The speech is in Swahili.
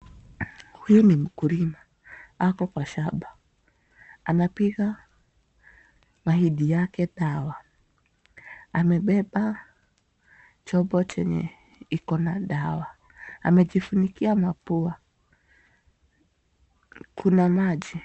Huyu ni mkulima. Ako kwa shamba. Anapiga mahindi yake dawa. Amebeba chombo chenye iko na dawa. Amejifunika mapua. Kuna maji.